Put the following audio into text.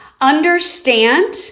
understand